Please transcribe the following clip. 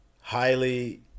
highly